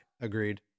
Agreed